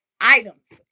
items